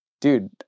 dude